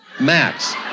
max